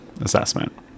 assessment